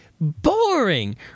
boring